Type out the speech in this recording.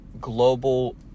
global